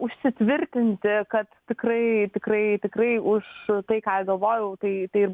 užsitvirtinti kad tikrai tikrai tikrai už tai ką ir galvojau tai tai ir